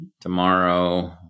tomorrow